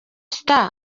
star